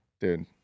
Dude